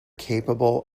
capable